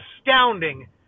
astounding